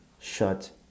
shut